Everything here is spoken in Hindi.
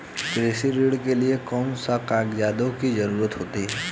कृषि ऋण के लिऐ कौन से कागजातों की जरूरत होती है?